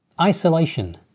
Isolation